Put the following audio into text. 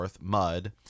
Mud